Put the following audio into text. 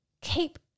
keep